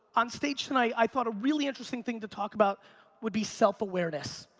on stage tonight i thought a really interesting thing to talk about would be self-awareness.